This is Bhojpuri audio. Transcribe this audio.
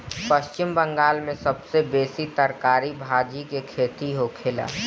पश्चिम बंगाल में सबसे बेसी तरकारी भाजी के खेती होखेला